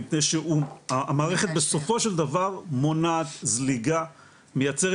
מפני שהמערכת בסופו של דבר מונעת זליגה מייצרת